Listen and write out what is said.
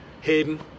Hayden